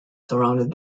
surrounded